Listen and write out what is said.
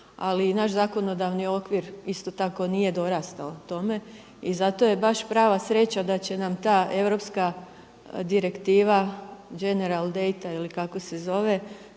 ali i naš zakonodavni okvir isto tako nije dorastao tome. I zato je baš prava sreća da će nam ta europska direktiva General data ili kako se zove